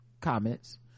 comments